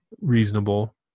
reasonable